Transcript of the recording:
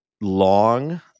long